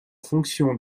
fonction